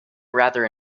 rather